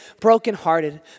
brokenhearted